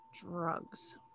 drugs